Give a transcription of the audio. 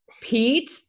Pete